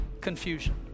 confusion